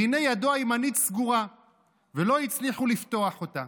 והינה, ידו הימנית סגורה ולא הצליחו לפתוח אותה.